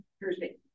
Thursday